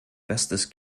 bestes